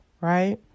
right